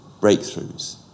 breakthroughs